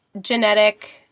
genetic